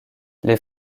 les